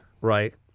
Right